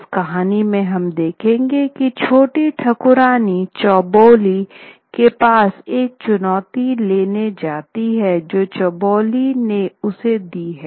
इस कहानी में हम देखेंगे की छोटी ठाकुरनी चौबोली के पास वह चुनौती लेने जाती है जो चौबोली ने उसे दी है